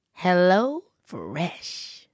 HelloFresh